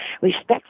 respect